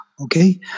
okay